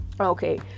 Okay